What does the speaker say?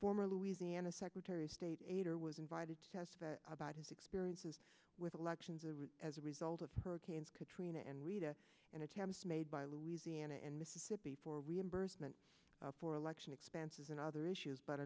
former louisiana secretary of state ater was invited to testify about his experiences with elections over as a result of hurricanes katrina and rita and attempts made by louisiana and mississippi for reimbursement for election expenses and other issues but